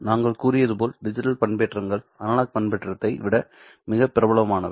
நாங்கள் கூறியது போல் டிஜிட்டல் பண்பேற்றங்கள் அனலாக் பண்பேற்றத்தை விட மிகவும் பிரபலமானவை